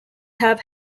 have